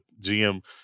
GM